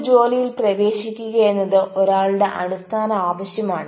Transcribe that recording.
ഒരു ജോലിയിൽ പ്രവേശിക്കുക എന്നത് ഒരാളുടെ അടിസ്ഥാന ആവശ്യമാണ്